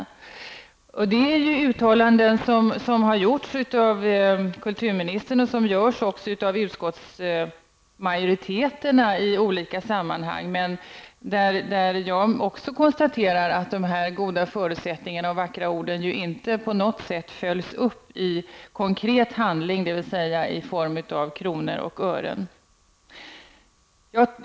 Sådana uttalanden har gjorts av kulturministern och av utskottsmajoriteterna i olika sammanhang. Men jag konstaterar också att de goda föresatserna och vackra orden inte på något sätt följts upp i konkret handling, dvs. i form av kronor och ören.